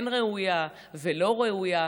כן ראויה ולא ראויה,